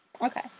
okay